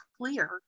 clear